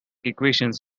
equations